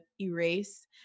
erase